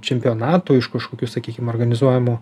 čempionatų iš kažkokių sakykim organizuojamų